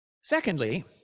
Secondly